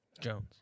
Jones